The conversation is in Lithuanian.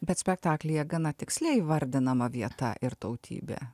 bet spektaklyje gana tiksliai įvardinama vieta ir tautybė